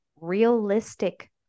realistic